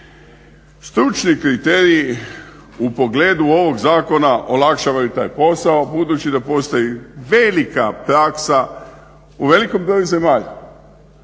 Stručni kriteriji u pogledu ovog zakona olakšavaju taj posao budući da postoji velika praksa u velikom broju zemalja.